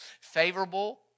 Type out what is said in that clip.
favorable